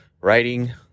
writing